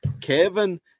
Kevin